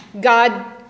God